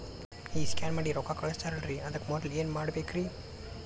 ಈ ಸ್ಕ್ಯಾನ್ ಮಾಡಿ ರೊಕ್ಕ ಕಳಸ್ತಾರಲ್ರಿ ಅದಕ್ಕೆ ಮೊದಲ ಏನ್ ಮಾಡ್ಬೇಕ್ರಿ?